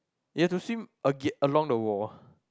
you have to swim aga~ along the wall